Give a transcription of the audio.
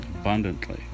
abundantly